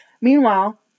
Meanwhile